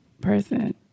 person